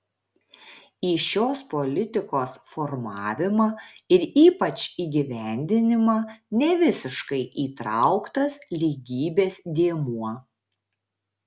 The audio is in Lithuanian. į šios politikos formavimą ir ypač įgyvendinimą nevisiškai įtrauktas lygybės dėmuo